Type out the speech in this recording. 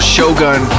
Shogun